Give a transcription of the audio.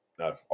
No